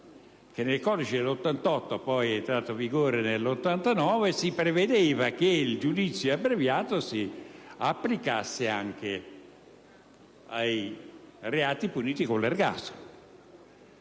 nel codice del 1988, entrato in vigore nel 1989, si prevedeva che il giudizio abbreviato si applicasse anche ai reati puniti con l'ergastolo.